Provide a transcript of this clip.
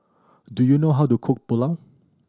do you know how to cook Pulao